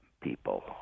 people